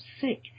sick